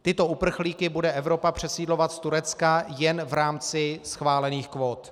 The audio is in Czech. Tyto uprchlíky bude Evropa přesídlovat z Turecka jen v rámci schválených kvót.